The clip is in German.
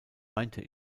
meinte